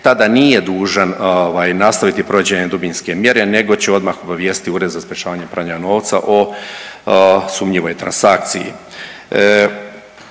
tada nije dužan nastaviti provođenje dubinske mjere, nego će odmah obavijestiti Ured za sprječavanje pranja novca o sumnjivoj transakciji.